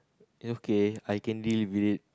okay I can live with it